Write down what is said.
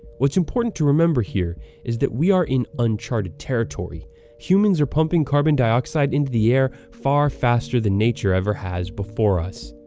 what's important to remember here is that we are in uncharted territory humans are pumping carbon dioxide into the air far faster than nature ever has before us.